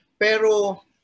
pero